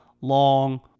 long